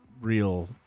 real